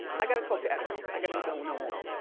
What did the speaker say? i gotta talk to ebony, i gotta know know more.